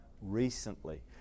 recently